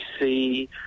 see